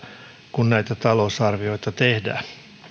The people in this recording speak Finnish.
kun näitä talousarvioita tehdään